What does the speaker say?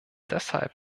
deshalb